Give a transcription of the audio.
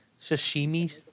sashimi